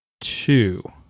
two